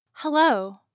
Hello